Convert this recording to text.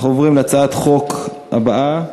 אנחנו עוברים להצעת החוק הבאה.